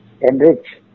enrich